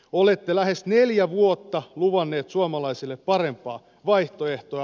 olette lähes neljä vuotta luvanneet suomalaisille parempaa vaihtoehtoa